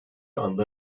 anda